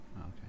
okay